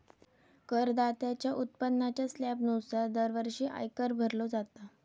करदात्याच्या उत्पन्नाच्या स्लॅबनुसार दरवर्षी आयकर भरलो जाता